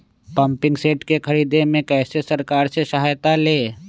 Pumping set के ख़रीदे मे कैसे सरकार से सहायता ले?